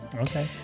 Okay